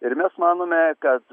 ir mes manome kad